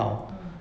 mm